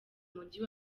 muji